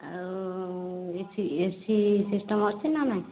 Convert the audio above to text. ଆଉ AC AC system ଅଛି ନା ନାହିଁ